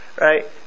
right